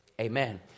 amen